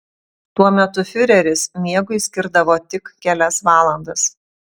tuo metu fiureris miegui skirdavo tik kelias valandas